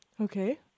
Okay